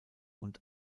und